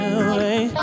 away